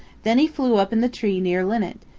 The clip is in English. then he flew up in the tree near linnet,